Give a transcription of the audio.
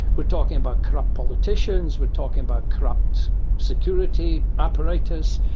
we're talking about corrupt politicians, we're talking about corrupt security apparatus,